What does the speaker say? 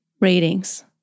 ratings